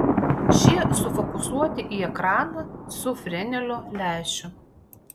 šie sufokusuoti į ekraną su frenelio lęšiu